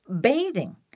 bathing